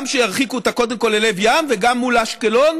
גם שירחיקו אותה קודם כול ללב ים, וגם מול אשקלון.